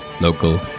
local